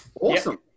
Awesome